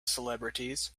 celebrities